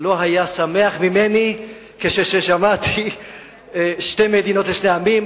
לא היה שמח ממני כאשר שמעתי "שתי מדינות לשני עמים".